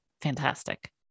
fantastic